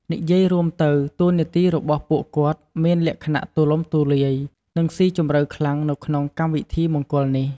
និយាយរួមទៅ តួនាទីរបស់ពួកគាត់មានលក្ខណៈទូលំទូលាយ និងស៊ីជម្រៅខ្លាំងនៅក្នុងកម្មវិធីមង្គលនេះ។